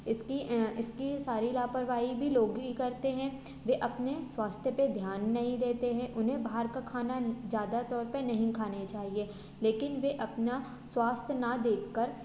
इसकी इसकी सारी लापरवाही भी लोग ही करते हैं वे अपने स्वास्थ्य पर ध्यान नहीं देते हैं उन्हें बाहर का खाना ज़्यादा तौर पर नहीं खाना चाहिए लेकिन वे अपना स्वास्थ्य ना देख कर